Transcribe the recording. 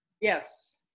Yes